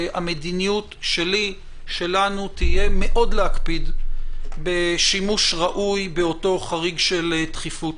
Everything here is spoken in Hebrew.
המדיניות שלי ושלנו תהיה מאוד להקפיד בשימוש ראוי באותו חריג של דחיפות,